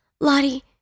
Lottie